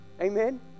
amen